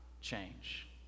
change